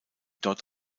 dort